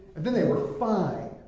then they were fine,